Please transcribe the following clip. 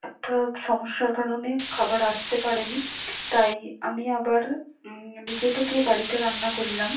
একটা সমস্যার কারণে খাবার আসতে পারেনি তাই আমি আবার নিজে থেকে বাড়িতে রান্না করলাম